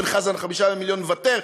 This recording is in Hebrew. אורן חזן על 5 מיליון מוותר,